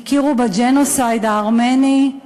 הכירו בג'נוסייד הארמני.